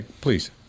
please